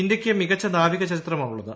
ഇന്ത്യയ്ക്ക് മികച്ച നാവിക ചരിത്രമാണുള്ളത്